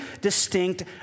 distinct